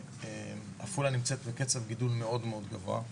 עפולה נמצאת בקצב גידול מאוד גבוה,